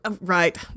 right